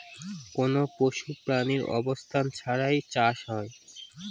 কোনো পশু প্রাণীর অবস্থান ছাড়া চাষ হয়